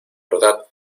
verdad